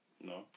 No